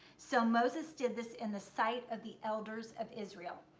so moses did this in the sight of the elders of israel.